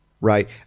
right